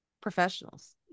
professionals